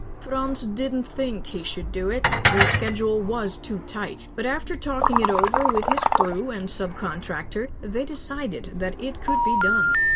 frans didn't think he should do it, the schedule was too tight. but after talking it over with his crew and subcontractor, they decided that it could be done.